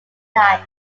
night